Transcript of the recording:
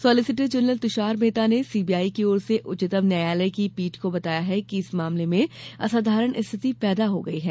solicitor general Tushar Mehta ने CBI की ओर से उच्चतम न्यायालय की पीठ को बताया कि इस मामले में असाधारण स्थिति पैदा हो गई है